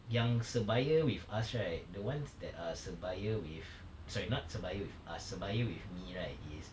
yang sebaya with us right the ones that are sebaya with sorry not sebaya with us sebaya with me right is